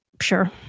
Sure